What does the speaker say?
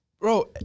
Bro